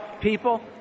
people